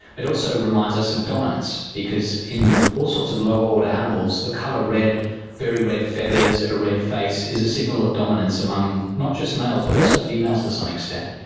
it also reminds us of dominance, because in all sorts of lower order animals the colour red very red feathers, a red face is a signal of dominance among not just males but also females to some extent.